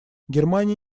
германия